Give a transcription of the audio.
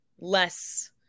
less